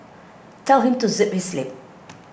tell him to zip his lip